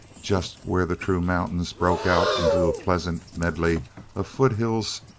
just where the true mountains broke out into a pleasant medley of foothills,